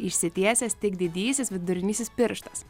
išsitiesęs tik didysis vidurinysis pirštas